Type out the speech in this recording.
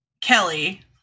Kelly